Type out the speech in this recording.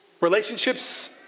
Relationships